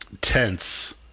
tense